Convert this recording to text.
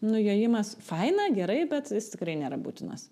nu jojimas faina gerai bet jis tikrai nėra būtinas